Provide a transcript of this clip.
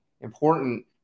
important